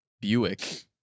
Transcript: Buick